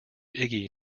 iggy